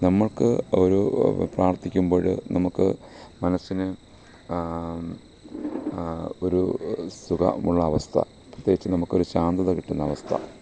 നമുക്ക് ഒരു പ്രാർത്ഥിക്കുമ്പോള് നമുക്ക് മനസ്സിനും ഒരു സുഖമുള്ള അവസ്ഥ പ്രത്യേകിച്ച് നമുക്കൊരു ശാന്തത കിട്ടുന്ന അവസ്ഥ